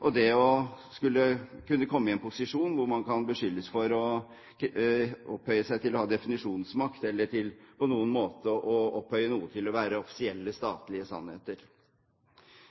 og det å kunne komme i en posisjon hvor man kan beskyldes for å opphøye seg til å ha definisjonsmakt, eller på noen måte opphøye noe til å være offisielle statlige sannheter.